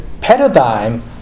paradigm